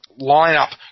lineup